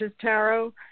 Tarot